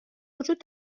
وجود